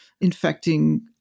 infecting